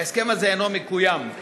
וההסכם הזה אינו מקוים.